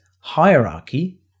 hierarchy